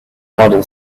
model